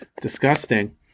disgusting